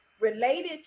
related